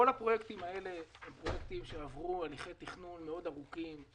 כל הפרויקטים האלה עברו הליכי תכנון ארוכים מאוד